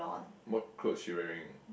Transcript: what cloth she wearing